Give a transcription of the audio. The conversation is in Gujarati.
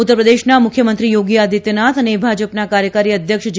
ઉત્તર પ્રદેશના મુખ્યમંત્રી યોગી આદિત્યનાથ અને ભાજપના કાર્યકારી અધ્યક્ષ જે